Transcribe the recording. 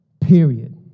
period